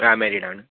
ആ മാരീഡാണ്